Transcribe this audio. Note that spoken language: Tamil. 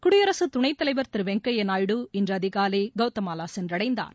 குடியரசு துணைத்தலைவர் திரு வெங்கய்ய நாயுடு இன்று அதிகாலை கவுதமாலா சென்றடைந்தார்